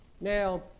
Now